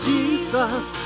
Jesus